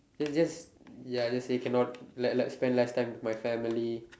then just ya just say cannot like like spend less time with my family